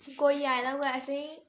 कोई आए दा होऐ असेंई